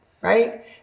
Right